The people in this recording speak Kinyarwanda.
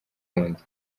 wundi